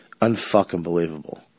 Un-fucking-believable